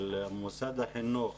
של מוסד החינוך,